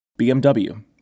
BMW